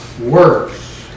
worse